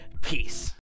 Peace